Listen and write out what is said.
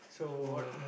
so